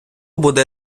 буде